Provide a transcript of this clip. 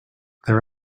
their